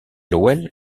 howell